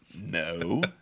No